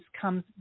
comes